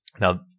Now